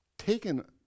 taken